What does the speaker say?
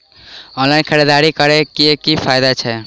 Online खरीददारी करै केँ की फायदा छै?